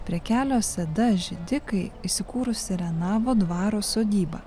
prie kelio seda židikai įsikūrusi renavo dvaro sodyba